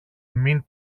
μην